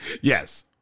Yes